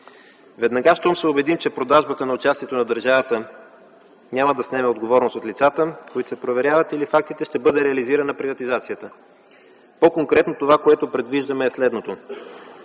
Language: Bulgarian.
Веднага щом се убедим, че продажбата на участието на държавата няма да снеме отговорност от лицата, които се проверяват, факт ще бъде реализиране на приватизацията. По-конкретно това, което предвиждаме като